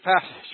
passage